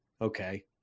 Okay